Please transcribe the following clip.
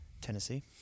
Tennessee